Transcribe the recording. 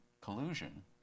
collusion